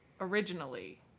originally